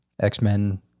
X-Men